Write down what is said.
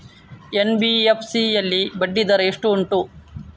NBFC ಯಲ್ಲಿ ಬಡ್ಡಿ ದರ ಎಷ್ಟು ಉಂಟು?